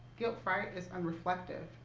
guilt fright is unreflective,